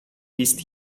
list